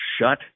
shut